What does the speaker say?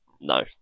No